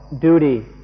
duty